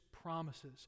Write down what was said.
promises